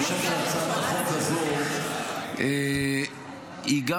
אני בטוח שהיא תשמח לשבת איתך ולתאר לך הרבה מאוד פעולות שהיא עושה.